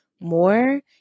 more